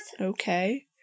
Okay